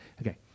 Okay